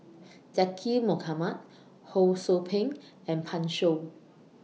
Zaqy Mohamad Ho SOU Ping and Pan Shou